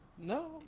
No